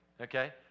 okay